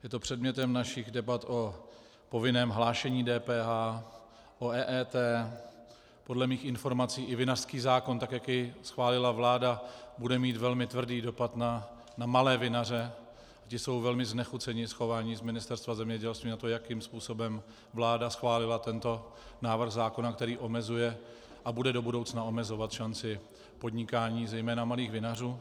Je to předmětem našich debat o povinném hlášení DPH, o EET, podle mých informací i vinařský zákon, tak jak jej schválila vláda, bude mít velmi tvrdý dopad na malé vinaře, ti jsou velmi znechuceni z chování z Ministerstva zemědělství, na to, jakým způsobem vláda schválila tento návrh zákona, který omezuje a bude do budoucna omezovat šanci podnikání zejména malých vinařů.